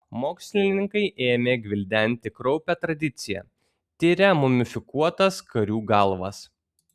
mokslininkai ėmė gvildenti kraupią tradiciją tiria mumifikuotas karių galvas